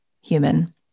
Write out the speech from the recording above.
human